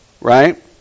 right